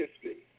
history